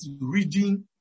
Reading